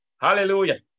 Hallelujah